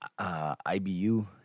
IBU